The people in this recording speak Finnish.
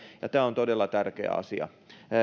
ja tämä on todella tärkeä asia